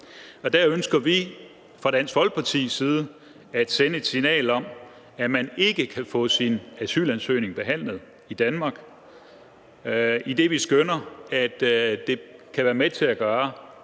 Der ønsker vi fra Dansk Folkepartis side at sende et signal om, at man ikke kan få sin asylansøgning behandlet i Danmark, idet vi skønner, at det kan være med til at gøre,